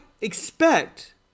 expect